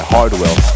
Hardwell